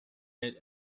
had